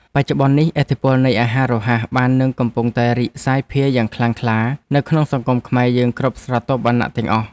បច្ចុប្បន្ននេះឥទ្ធិពលនៃអាហាររហ័សបាននឹងកំពុងតែរីកសាយភាយយ៉ាងខ្លាំងក្លានៅក្នុងសង្គមខ្មែរយើងគ្រប់ស្រទាប់វណ្ណៈទាំងអស់។